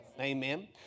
Amen